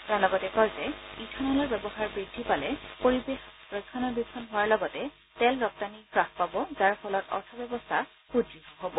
তেওঁ লগতে কয় যে ইথানলৰ ব্যৱহাৰ বৃদ্ধি পালে পৰিৱেশ ৰক্ষণাবেক্ষণ হোৱাৰ লগতে তেল ৰপ্তানি হ্ৰাস পাব যাৰ ফলত অৰ্থব্যৱস্থা সুদ্ঢ হব